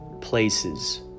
places